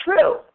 true